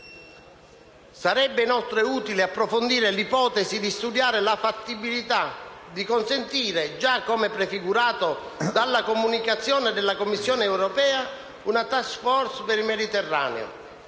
Sarebbe inoltre utile approfondire l'ipotesi di studiare la fattibilità di consentire - come già prefigurato dalla Comunicazione della Commissione europea «Una *task force* per il Mediterraneo»